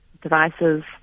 Devices